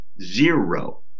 zero